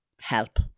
help